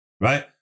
right